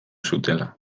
zutela